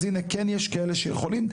אז הנה כן יש כאלה שיכולים.